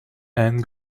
and